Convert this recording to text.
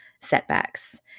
setbacks